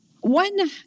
One